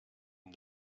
une